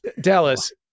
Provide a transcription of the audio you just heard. Dallas